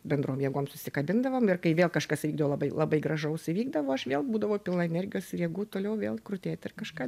bendrom jėgom susikabindavom ir kai vėl kažkas įvykdavo labai labai gražaus įvykdavo aš vėl būdavau pilna energijos ir jėgų toliau vėl krutėti ir kažką